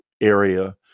area